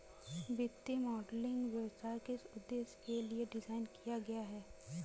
वित्तीय मॉडलिंग व्यवसाय किस उद्देश्य के लिए डिज़ाइन किया गया है?